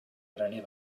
graner